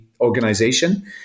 organization